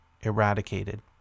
eradicated